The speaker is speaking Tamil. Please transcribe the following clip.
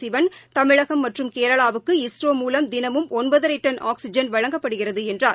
சிவன் தமிழகம் மற்றும் கேரளாவுக்கு இஸ்ரோ மூலம் தினமும் ஒன்பதரை டன் ஆக்ஸிஜன் வழங்கப்படுகிறது என்றார்